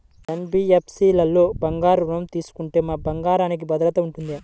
NBFC లలో బంగారు ఋణం తీసుకుంటే మా బంగారంకి భద్రత ఉంటుందా?